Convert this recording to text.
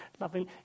loving